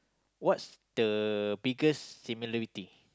what's the biggest similarity